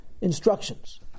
instructions